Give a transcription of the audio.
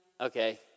Okay